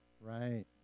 Right